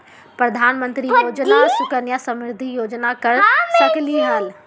प्रधानमंत्री योजना सुकन्या समृद्धि योजना कर सकलीहल?